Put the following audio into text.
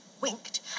winked